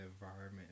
environment